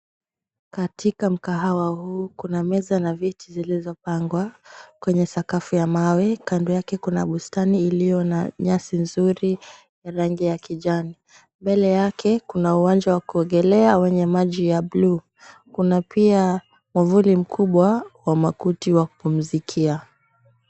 Katika mkahawa huu kuna meza na viti zilizopangwa kwenye sakafu ya mawe. Kando yake kuna bustani iliyo na nyasi nzuri ya rangi ya kijani. Mbele yake kuna uwanja wa kuogelea wenye maji ya buluu. Kuna pia mwavuli mkubwa wa makuti wa kupumzikia.